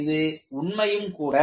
இது உண்மையும் கூட